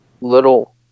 little